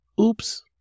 Oops